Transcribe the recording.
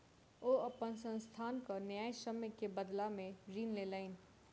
ओ अपन संस्थानक न्यायसम्य के बदला में ऋण लेलैन